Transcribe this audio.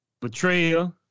betrayal